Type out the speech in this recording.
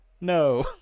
no